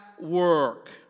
work